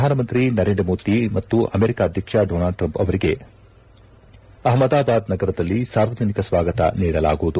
ಪ್ರಧಾನಮಂತ್ರಿ ನರೇಂದ್ರ ಮೋದಿ ಮತ್ತು ಅಮೆರಿಕ ಅಧ್ಯಕ್ಷ ಡೊನಾಲ್ಡ್ ಟ್ರಂಪ್ ಅವರಿಗೆ ಅಹ್ಮದಾಬಾದ್ ನಗರದಲ್ಲಿ ಸಾರ್ವಜನಿಕ ಸ್ವಾಗತ ನೀಡಲಾಗುವುದು